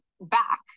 back